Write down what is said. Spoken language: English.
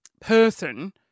person